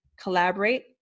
Collaborate